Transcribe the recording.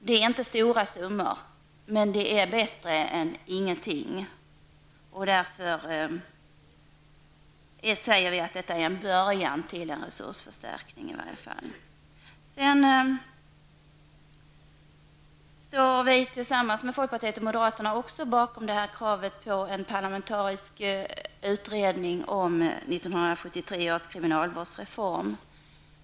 Det är inte någon stor summa, men det är bättre än ingenting. Det är en början till en resursförstärkning i varje fall. Vi står tillsammans med folkpartiet och moderaterna också bakom kravet på en parlamentarisk utredning om 1973 års kriminalvårdsreform.